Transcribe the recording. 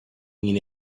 mean